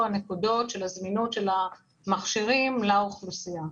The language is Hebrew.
הנקודות של זמינות המכשירים לאוכלוסייה.